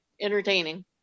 entertaining